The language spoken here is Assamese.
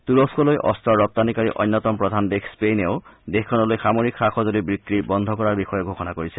তূৰস্থলৈ অস্তৰৰ ৰপ্তানিকাৰী অন্যতম প্ৰধান দেশ স্পেইনেও দেশখনলৈ সামৰিক সা সজুলি বিক্ৰী বন্ধ কৰাৰ বিষয়ে ঘোষণা কৰিছে